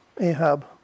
Ahab